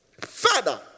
Father